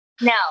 No